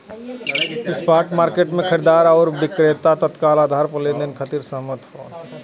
spot market में खरीदार आउर विक्रेता तत्काल आधार पर लेनदेन के खातिर सहमत होलन